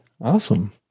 Awesome